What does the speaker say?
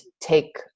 take